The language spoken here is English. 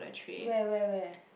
where where where